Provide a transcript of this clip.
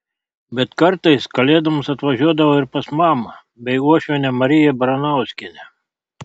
bet kartais kalėdoms atvažiuodavo ir pas mamą bei uošvienę mariją baranauskienę